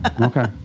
Okay